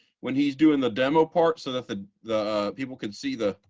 when he's doing the demo part so that the the people can see the,